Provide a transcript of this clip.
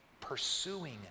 pursuing